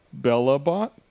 BellaBot